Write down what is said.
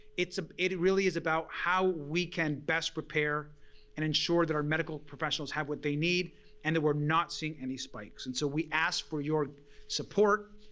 it really is about how we can best prepare and ensure that our medical professionals have what they need and that we're not seeing any spikes and so we ask for your support.